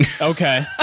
okay